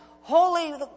holy